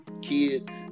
Kid